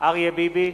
אריה ביבי,